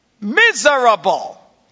Miserable